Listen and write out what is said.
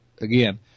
Again